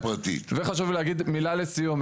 וחשוב לי להגיד מילה לסיום,